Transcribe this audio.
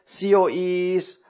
COEs